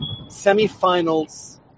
semifinals